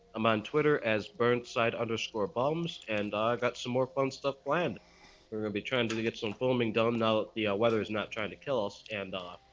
i'm on twitter as burnside underscore bombs, and i've got some more fun stuff planned we're gonna be trying to to get some filming dumb now the weather is not trying to kill us and off